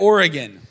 Oregon